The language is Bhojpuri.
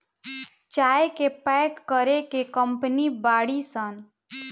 चाय के पैक करे के कंपनी बाड़ी सन